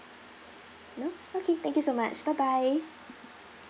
no okay thank you so much bye bye